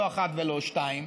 לא אחת ולא שתיים.